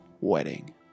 wedding